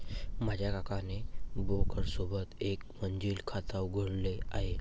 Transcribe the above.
माझ्या काकाने ब्रोकर सोबत एक मर्जीन खाता उघडले आहे